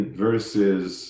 versus